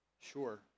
Sure